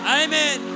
amen